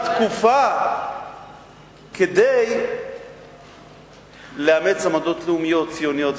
תקופה כדי לאמץ עמדות לאומיות-ציוניות.